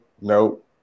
Nope